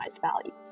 values